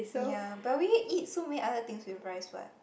ya but we eat so many other things with rice [what]